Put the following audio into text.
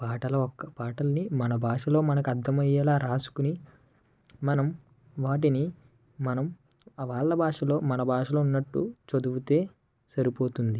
పాటల పాటలని మన భాషలలో మనకు అర్థమయ్యేలా వ్రాసుకుని మనం వాటిని మనం వాళ్ళ భాషలో మన భాషలో ఉన్నట్టు చదివితే సరిపోతుంది